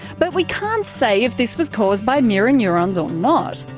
but we can't say if this was caused by mirror neurons or not.